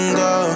go